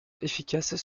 efficaces